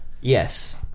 Yes